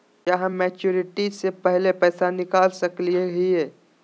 का हम मैच्योरिटी से पहले पैसा निकाल सकली हई?